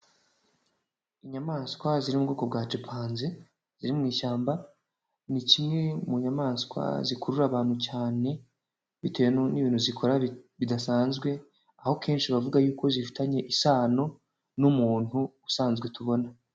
Inyamaswa ziri mu bwoko bwa cipanzi ziri mu ishyamba ni kimwe mu nyamaswa zikurura abantu cyane bitewe n'ibintu zikora bidasanzwe aho kenshi bavuga yuko zifitanye isano n'umuntu usanzwe tubona.